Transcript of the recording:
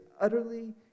utterly